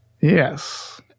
Yes